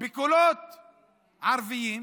בקולות ערביים,